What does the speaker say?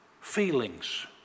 feelings